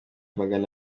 magana